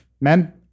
Men